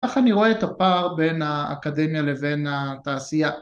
‫כך אני רואה את הפער ‫בין האקדמיה לבין התעשייה.